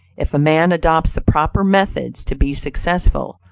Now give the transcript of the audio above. if a man adopts the proper methods to be successful,